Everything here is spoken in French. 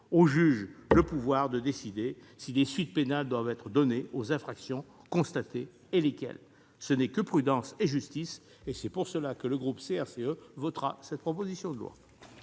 Au juge le pouvoir de décider si des suites pénales doivent être données aux infractions constatées et, si oui, lesquelles. Ce n'est que prudence et justice. C'est pour cela que le groupe CRCE votera en faveur de cette proposition de loi.